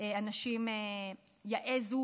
אנשים יעזו